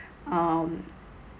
um